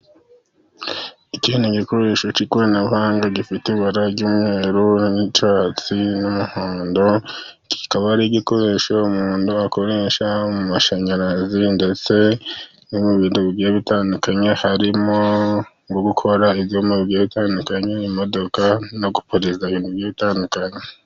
Iki ni igikoresho cy'ikoranabuhanga gifite: ibara ry'umweru, n'icyatsi n'umuhondo, kikaba ari igikoresho umuntu akoresha mu mashanyarazi ,ndetse no mu bintu bigiye bitandukanye ,harimo nko gukora ibyuma bigiye bitandukanye, imodoka no guporeza ibintu bigiye bitandukanye.